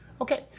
okay